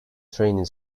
training